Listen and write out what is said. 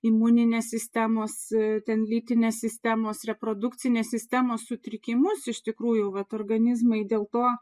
imuninės sistemos ten lytinės sistemos reprodukcinės sistemos sutrikimus iš tikrųjų vat organizmai dėl to